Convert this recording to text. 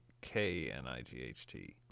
K-N-I-G-H-T